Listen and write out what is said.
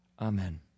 Amen